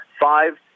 five